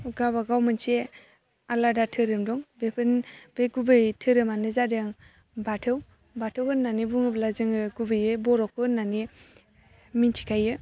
गाबागाव मोनसे आलादा धोरोम दं बेफोर बे गुबै धोरोमानो जादों बाथौ बाथौ होननानै बुङोब्ला जोङो गुबैयै बर'खौ होननानै मोनथिखायो